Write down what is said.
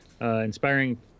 Inspiring